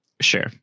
Sure